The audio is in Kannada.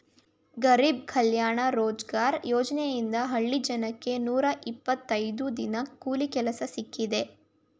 ಗರಿಬ್ ಕಲ್ಯಾಣ ರೋಜ್ಗಾರ್ ಯೋಜನೆಯಿಂದ ಹಳ್ಳಿ ಜನಕ್ಕೆ ನೂರ ಇಪ್ಪತ್ತೈದು ದಿನ ಕೂಲಿ ಕೆಲ್ಸ ಸಿಕ್ತಿದೆ